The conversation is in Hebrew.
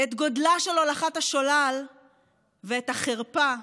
את גודלה של הולכת השולל ואת החרפה